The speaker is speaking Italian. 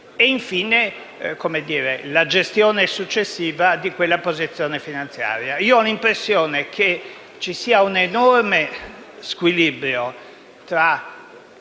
infine, la gestione successiva di quella posizione finanziaria.